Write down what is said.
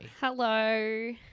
Hello